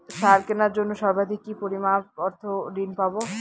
সার কেনার জন্য সর্বাধিক কি পরিমাণ অর্থ ঋণ পাব?